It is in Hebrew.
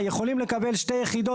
יכולים לקבל שתי יחידות,